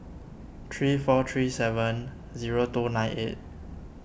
three four three seven zero two nine eight